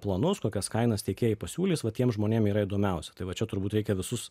planus kokias kainas tiekėjai pasiūlys va tiem žmonėm yra įdomiausia tai va čia turbūt reikia visus